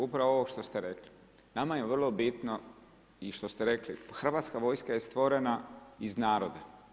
Upravo ovo što ste rekli, nama je vrlo bitno i što ste rekli, Hrvatska vojska je stvorena iz naroda.